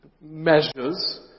measures